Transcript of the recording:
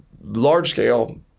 large-scale